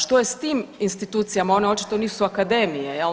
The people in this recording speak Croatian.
Što je s tim institucijama, one očito nisu akademije jel.